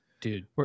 Dude